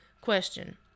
Question